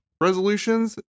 resolutions